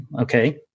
Okay